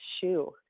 shoe